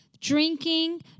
drinking